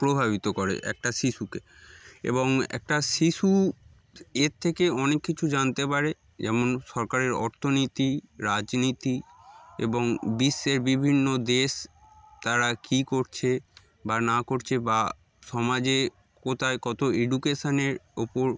প্রভাবিত করে একটা শিশুকে এবং একটা শিশু এর থেকে অনেক কিছু জানতে পারে যেমন সরকারের অর্থনীতি রাজনীতি এবং বিশ্বের বিভিন্ন দেশ তারা কী করছে বা না করছে বা সমাজে কোথায় কত এডুকেশান ওপর